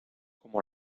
como